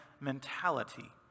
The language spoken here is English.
mentality